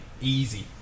Easy